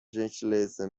gentileza